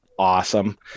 awesome